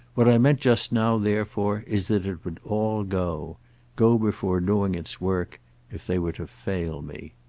what i meant just now therefore is that it would all go go before doing its work if they were to fail me.